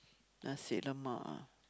Nasi-Lemak ah